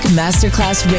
masterclass